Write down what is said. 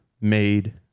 made